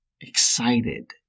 excited